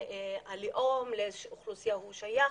ללאום ולאוכלוסייה אליה הוא משתייך.